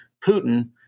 Putin